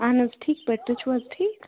اہن حظ ٹھیٖک پٲٹھۍ تُہۍ چھِو حظ ٹھیٖک